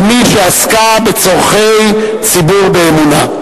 של מי שעסקה בצורכי ציבור באמונה.